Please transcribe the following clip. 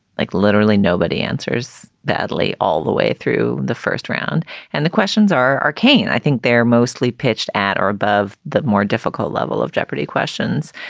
like literally nobody answers badly all the way through the first round and the questions are arcane. i think they're mostly pitched at or above the more difficult level of jeopardy questions.